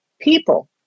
people